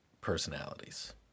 personalities